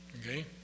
Okay